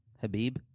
Habib